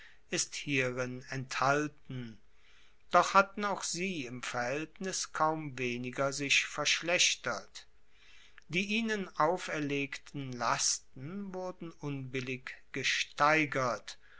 ist hierin enthalten doch hatten auch sie im verhaeltnis kaum weniger sich verschlechtert die ihnen auferlegten lasten wurden unbillig gesteigert